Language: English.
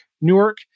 Newark